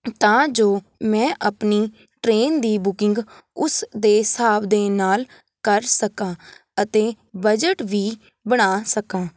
ਤਾਂ ਜੋ ਮੈਂ ਆਪਣੀ ਟਰੇਨ ਦੀ ਬੁਕਿੰਗ ਉਸ ਦੇ ਹਿਸਾਬ ਦੇ ਨਾਲ ਕਰ ਸਕਾਂ ਅਤੇ ਬਜਟ ਵੀ ਬਣਾ ਸਕਾਂ